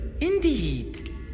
Indeed